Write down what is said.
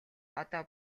одоо